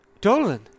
Dolan